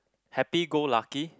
happy go lucky